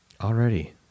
Already